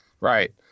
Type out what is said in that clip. Right